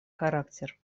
характер